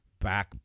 back